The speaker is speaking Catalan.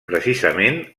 precisament